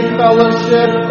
fellowship